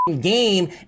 game